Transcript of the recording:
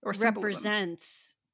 represents